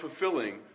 fulfilling